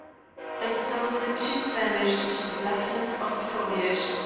and so the two vanished into the blackness of the foliage,